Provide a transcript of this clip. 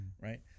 Right